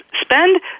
spend